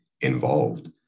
involved